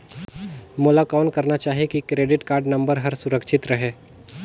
मोला कौन करना चाही की क्रेडिट कारड नम्बर हर सुरक्षित रहे?